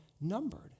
numbered